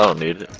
um need